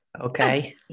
Okay